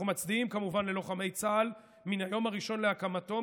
אנחנו מצדיעים ללוחמי צה"ל מן היום הראשון להקמתו,